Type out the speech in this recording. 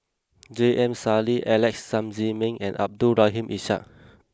J M Sali Alex Sam Ziming and Abdul Rahim Ishak